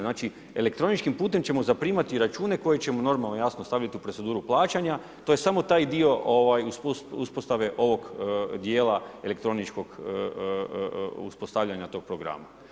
Znači elektroničkim putem ćemo zaprimati račune, koje ćemo normalno, jasno staviti u proceduru plaćanja, to je samo taj dio uspostave ovog dijela elektroničkog uspostavljanje tog programa.